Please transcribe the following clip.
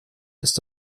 ist